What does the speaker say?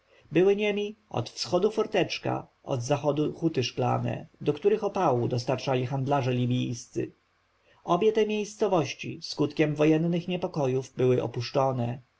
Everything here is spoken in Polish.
były niemi od wschodu forteczka od zachodu huty szklane do których opału dostarczali handlarze libijscy obie te miejscowości skutkiem wojennych niepokojów były opuszczone